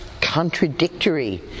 contradictory